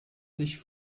sich